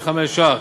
ו-800,605 ש"ח